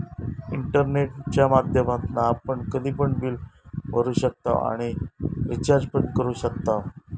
इंटरनेटच्या माध्यमातना आपण कधी पण बिल भरू शकताव आणि रिचार्ज पण करू शकताव